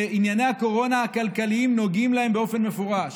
שענייני הקורונה הכלכליים נוגעים להם באופן מפורש,